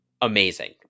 amazing